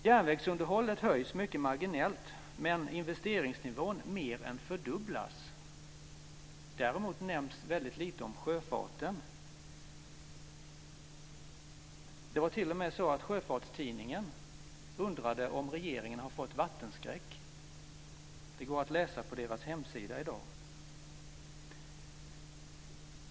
Järnvägsunderhållet höjs mycket marginellt, medan investeringsnivån mer än fördubblas. Däremot nämns väldigt lite om sjöfarten. Det var t.o.m. så att Sjöfartstidningen undrade om regeringen har fått vattenskräck. Det går att läsa på tidningens hemsida i dag.